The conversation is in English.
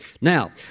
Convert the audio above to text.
Now